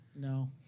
No